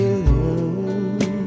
alone